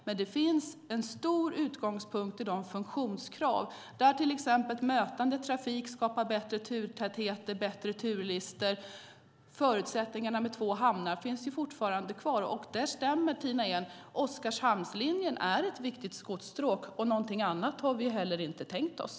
Men det finns en stor utgångspunkt i funktionskraven, där till exempel mötande trafik skapar bättre turtäthet och bättre turlistor. Förutsättningarna för två hamnar finns fortfarande kvar. Och det stämmer, Tina Ehn, att Oskarshamnslinjen är ett viktigt godsstråk. Någonting annat har vi inte heller tänkt oss.